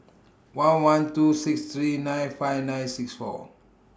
one one two six three nine five nine six four